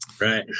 right